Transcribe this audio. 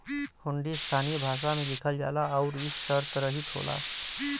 हुंडी स्थानीय भाषा में लिखल जाला आउर इ शर्तरहित होला